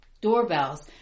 doorbells